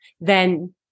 then-